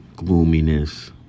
gloominess